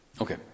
Okay